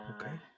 Okay